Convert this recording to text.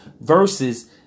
versus